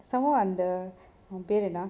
someone அந்த one பேர் என்னா:antha on per enna